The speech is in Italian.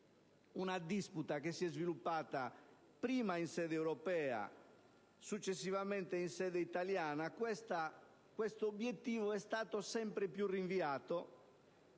una disputa, che si è sviluppata prima in sede europea, successivamente in Italia, questo obiettivo è stato sempre rinviato,